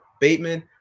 Bateman